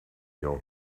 your